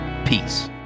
peace